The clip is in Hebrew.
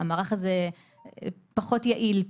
המערך הזה פחות יעיל,